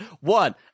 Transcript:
One